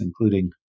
including